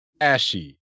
ashy